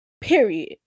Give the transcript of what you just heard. period